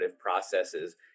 processes